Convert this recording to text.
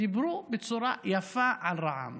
דיברו בצורה יפה על רע"מ